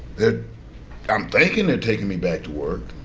they're um taking they're taking me back to work.